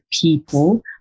people